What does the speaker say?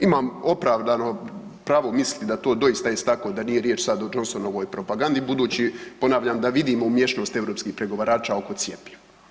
Imam opravdano pravo misliti da to doista jest tako, da nije riječ sad o Johnsonovoj propagandi, budući da ponavljam, da vidimo umiješanost europskih pregovarača oko cjepiva.